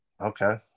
Okay